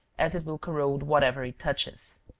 as it will corrode whatever it touches.